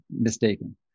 mistaken